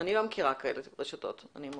אני לא מכירה כאלה רשתות, אני מודה.